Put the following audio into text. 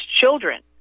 children